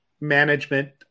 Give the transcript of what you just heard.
management